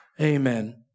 Amen